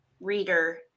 reader